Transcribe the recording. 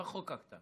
מה חוקקת?